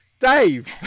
Dave